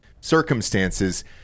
circumstances